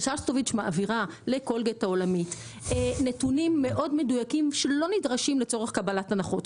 ששסטוביץ מעבירה נתונים מאוד מדויקים שלא נדרשים לצורך קבלת הנחות,